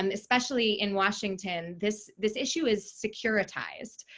and especially in washington, this this issue is securitized.